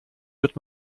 wird